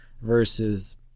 versus